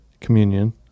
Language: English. Communion